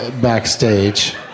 backstage